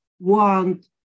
want